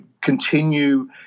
continue